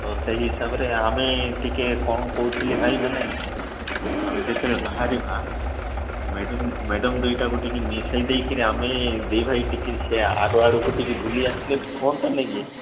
ତ ସେହି ହିସାବରେ ଆମେ ଟିକେ କ'ଣ କହୁଥିଲି ଭାଇ ମାନେ ଆମେ ଯେତେବେଳେ ବାହାରିବା ମ୍ୟାଡ଼ାମ୍ ମ୍ୟାଡ଼ାମ୍ ଦୁଇଟାକୁ ଟିକେ ମିଶାଇ ଦେଇକିରି ଆମେ ଦୁଇଭାଇ ଟିକେ ସେ ଆଗ ଆଡ଼କୁ ଟିକେ ବୁଲିଆସିଲେ ହୁଅନ୍ତାନି କି